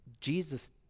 Jesus